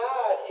God